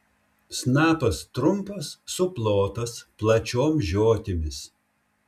snapas trumpas suplotas plačiom žiotimis